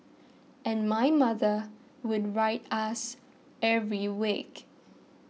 and my mother would write us every week